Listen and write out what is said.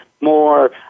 more